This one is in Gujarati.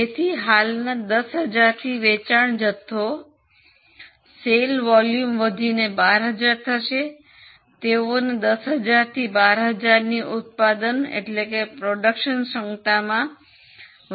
તેથી હાલના 10000 થી વેચાણ જથ્થો વધીને 12000 થશે તેઓને 10000 થી 12000 ની ઉત્પાદન ક્ષમતા માં પણ વધારો કરવો પડશે